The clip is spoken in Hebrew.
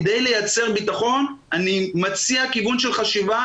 כדי לייצר ביטחון אני מציע כיוון של חשיבה